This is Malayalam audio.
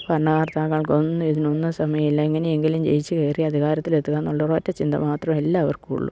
ഭരണകർത്താക്കൾക്കൊന്നും ഇതിനൊന്നും സമയില്ല എങ്ങനെയെങ്കിലും ജയിച്ച് കയറി അധികാരത്തിലെത്തുക എന്നുള്ള ഒരൊറ്റ ചിന്ത മാത്രമെ എല്ലാവർക്കും ഉള്ളു